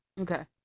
Okay